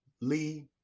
Lee